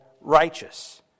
righteous